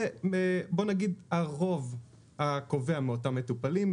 כשהרוב הקובע מאותם מטופלים,